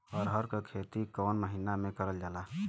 अरहर क खेती कवन महिना मे करल जाला?